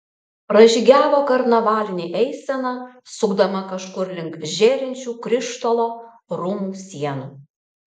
pražygiavo karnavalinė eisena sukdama kažkur link žėrinčių krištolo rūmų sienų